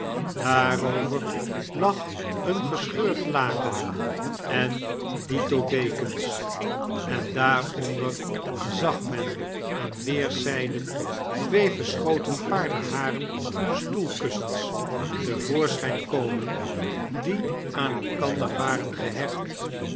daarover lag een gescheurd laken en dito dekens en daaronder zag men aan weerszyden twee verschoten paardenharen stoelkussens te voorschyn komen die aan elkander waren gehecht